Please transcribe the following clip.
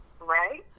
Right